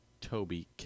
Toby